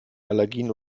allergien